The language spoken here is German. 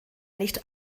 nicht